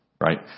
right